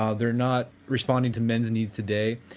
ah they are not responding to men's needs today,